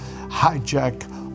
hijack